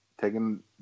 taking